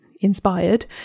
inspired